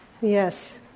Yes